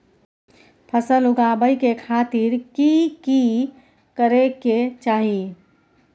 फसल उगाबै के खातिर की की करै के चाही?